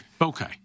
Okay